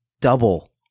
double